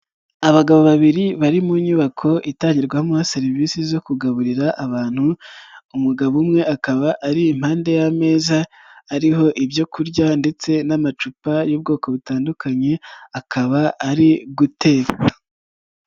Abagabo babiri bari mu nyubako itangirwamo serivisi zo kugaburira abantu, umugabo umwe akaba ari impande y'ameza ariho ibyo kurya ndetse n'amacupa y'ubwoko butandukanye akaba ari guteka.